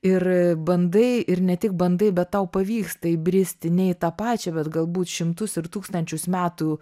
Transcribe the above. ir bandai ir ne tik bandai bet tau pavyksta įbristi ne į tą pačią bet galbūt šimtus ir tūkstančius metų